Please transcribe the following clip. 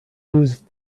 lose